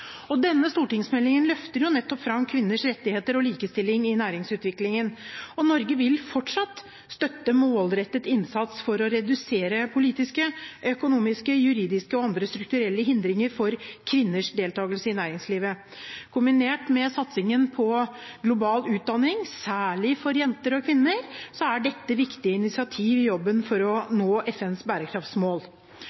Denne stortingsmeldingen løfter nettopp fram kvinners rettigheter og likestilling i næringsutviklingen, og Norge vil fortsatt støtte målrettet innsats for å redusere politiske, økonomiske, juridiske og andre strukturelle hindringer for kvinners deltakelse i næringslivet. Kombinert med satsingen på global utdanning, særlig for jenter og kvinner, er dette viktige initiativ i jobben for å